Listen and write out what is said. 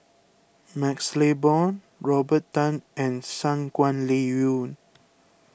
MaxLe Blond Robert Tan and Shangguan Liuyun